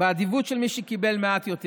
באדיבות של מי שקיבל מעט יותר?